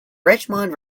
richmond